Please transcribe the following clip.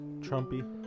Trumpy